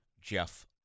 Jeff